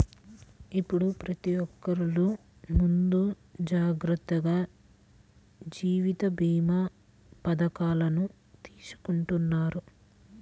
ఇప్పుడు ప్రతి ఒక్కల్లు ముందు జాగర్తగా జీవిత భీమా పథకాలను తీసుకుంటన్నారు